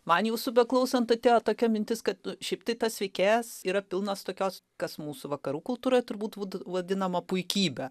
man jūsų beklausant atėjo tokia mintis kad šiaip tai tas veikėjas yra pilnas tokios kas mūsų vakarų kultūroj turbūt būtų vadinama puikybe